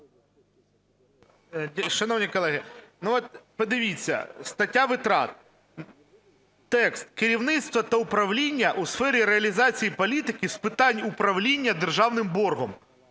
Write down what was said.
Шановні колеги, от подивіться, стаття витрат. Текст: "Керівництво та управління у сфері реалізації політики з питань управління державним боргом".